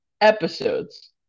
episodes